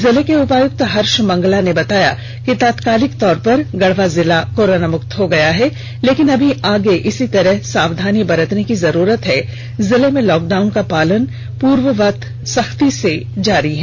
जिले के उपायुक्त हर्ष मंगला ने बताया कि तत्कालिक तौर पर गढ़वा जिला कोरोना मुक्त हो गया है लेकिन अभी आगे इसी तरह सावधानी बरतने की जरूरत है जिले में लॉक डाउन का पालन पूर्ववत रूप से सख्ती से जारी रहेगा